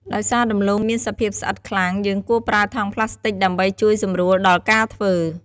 ដោយសារដំឡូងមានសភាពស្អិតខ្លាំង យើងគួរប្រើថង់ប្លាស្ទិកដើម្បីជួយសម្រួលដល់ការធ្វើ។